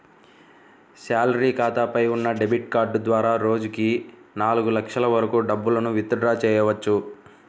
salary ఖాతాపై ఉన్న debit card ద్వారా రోజుకి నాలుగు లక్షల వరకు డబ్బులను విత్ డ్రా చెయ్యవచ్చు